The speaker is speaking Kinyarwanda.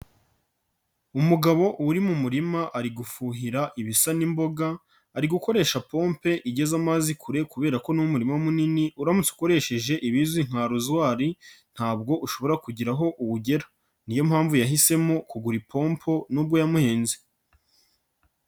Umugabo uri mu murima ari gufuhira ibisa n'imboga, ari gukoresha pompe igeza amazi kure kubera ko ni umurima munini, uramutse ukoresheje ibizwi nka rozwari ntabwo ushobora kugira aho uwugera. Niyo mpamvu yahisemo kugura ipompo n'ubwo yamuhenze.